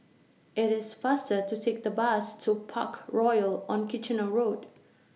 IT IS faster to Take The Bus to Parkroyal on Kitchener Road